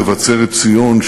מבשרת-ציון,